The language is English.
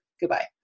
Goodbye